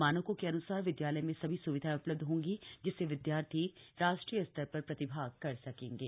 मानकों के अन्सार विद्यालय में सभी स्विधाएं उपलब्ध होंगी जिससे विद्यार्थी राष्ट्रीय स्तर पर प्रतिभाग कर सकेंगे